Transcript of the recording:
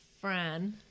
Fran